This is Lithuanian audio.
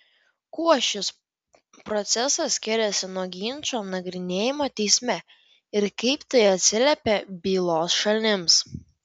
kuo šis procesas skiriasi nuo ginčo nagrinėjimo teisme ir kaip tai atsiliepia bylos šalims